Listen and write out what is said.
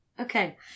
okay